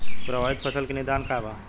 प्रभावित फसल के निदान का बा?